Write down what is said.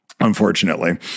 Unfortunately